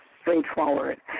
straightforward